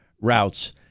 routes